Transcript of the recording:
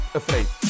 afraid